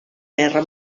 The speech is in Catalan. guerra